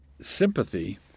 sympathy